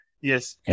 Yes